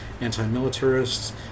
anti-militarists